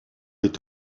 est